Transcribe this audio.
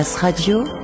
Radio